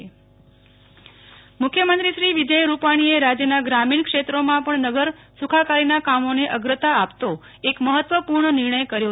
નેહ્લ ઠક્કર મુખ્યમંત્રી મુન્દ્રા બારોઇ ગ્રામપંચાયત મુખ્યમંત્રી શ્રી વિજય રૂપાણીએ રાજ્યના ગ્રામીણ ક્ષેત્રોમાં પણ નગર સુખાકારીના કામોને અગ્રતા આપતો એક મહત્વપૂર્ણ નિર્ણય કર્યો છે